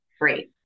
Great